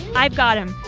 i've got him.